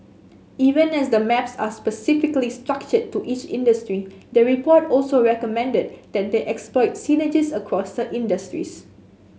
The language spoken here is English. even as the maps are specifically structured to each industry the report also recommended that they exploit synergies across the industries